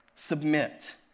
submit